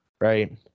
right